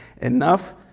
enough